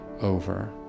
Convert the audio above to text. over